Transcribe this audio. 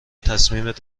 تصمیمت